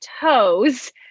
toes